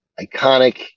iconic